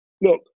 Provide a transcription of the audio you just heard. look